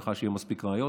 בהנחה שיהיו מספיק ראיות.